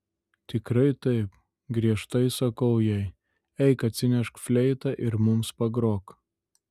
tikrai taip griežtai sakau jai eik atsinešk fleitą ir mums pagrok